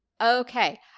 Okay